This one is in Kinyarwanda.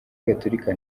gatolika